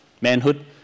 manhood